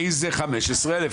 איזה 15,000?